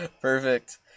Perfect